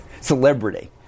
celebrity